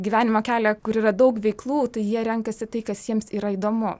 gyvenimo kelią kur yra daug veiklų tai jie renkasi tai kas jiems yra įdomu